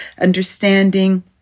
understanding